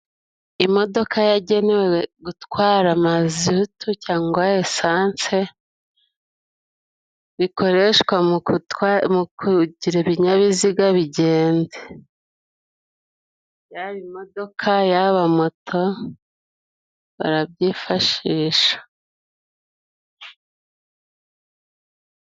Imodoka yagenewe gutwara amazutu cyangwa esansee bikoreshwa mugutwara mukugira ibinyabiziga bigende. Yaba imodoka, yaba moto barabyifashisha.